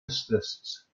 assists